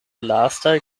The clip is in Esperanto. lastaj